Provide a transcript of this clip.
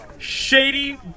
Shady